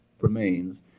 remains